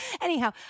Anyhow